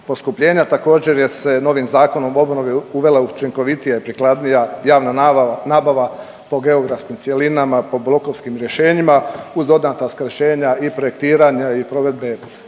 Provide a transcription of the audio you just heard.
poskupljenja. Također je se novim Zakonom o obnovi uvela učinkovitija i prikladnija javna nabava po geografskim cjelinama, po blokovskim rješenjima uz dodatna skraćenja i projektiranja i provedbe